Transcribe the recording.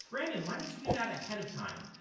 brandon, why don't you do that ahead of time?